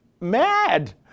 mad